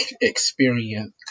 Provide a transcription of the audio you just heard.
experience